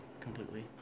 completely